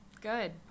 good